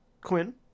quinn